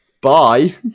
bye